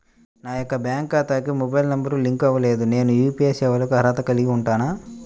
నా యొక్క బ్యాంక్ ఖాతాకి మొబైల్ నంబర్ లింక్ అవ్వలేదు నేను యూ.పీ.ఐ సేవలకు అర్హత కలిగి ఉంటానా?